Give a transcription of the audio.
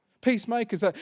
Peacemakers